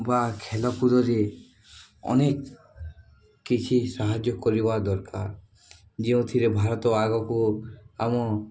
ବା ଖେଳ କୁଦରେ ଅନେକ କିଛି ସାହାଯ୍ୟ କରିବା ଦରକାର ଯେଉଁଥିରେ ଭାରତ ଆଗକୁ ଆମ